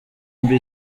mbi